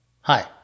Hi